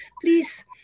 please